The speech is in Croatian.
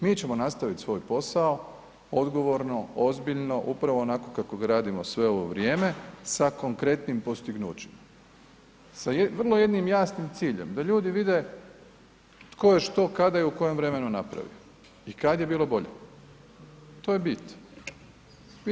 Mi ćemo nastavit svoj posao odgovorno, ozbiljno, upravo onako kako ga radimo sve ovo vrijeme sa konkretnim postignućima, sa vrlo jednim jasnim ciljem, da ljudi vide tko je, što, kada i u kojem vremenu napravio i kad je bilo bolje, to je bit.